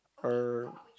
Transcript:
uh